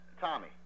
Tommy